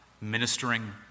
ministering